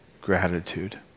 gratitude